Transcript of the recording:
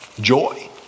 joy